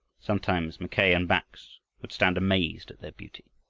sometimes mackay and bax would stand amazed at their beauty.